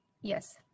yes